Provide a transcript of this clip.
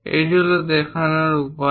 এটি হল দেখানোর উপায়